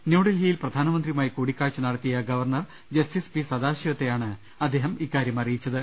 ന്യൂഡൽഹിയിൽ പ്രധാ നമന്ത്രിയുമായി കൂടിക്കാഴ്ച നടത്തിയ ഗവർണർ ജസ്റ്റിസ് പി സദാശിവത്തെയാണ് അദ്ദേഹം ഇക്കാര്യം അറിയിച്ചത്